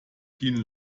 vielen